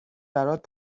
برات